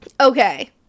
Okay